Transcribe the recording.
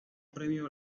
premio